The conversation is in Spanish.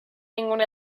ninguna